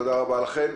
תודה רבה לכם.